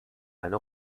eine